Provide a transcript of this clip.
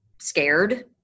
scared